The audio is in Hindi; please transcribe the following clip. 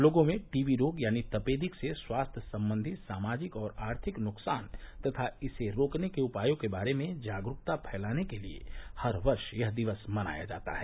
लोगों में टीबी रोग यानि तपेदिक से स्वास्थ्य संबंधी सामाजिक और आर्थिक नुकसान तथा इसे रोकने के उपायों के बारे में जागरूकता फैलाने के लिए हर वर्ष यह दिवस मनाया जाता है